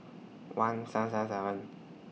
one seven seven seven